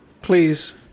please